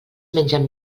mengen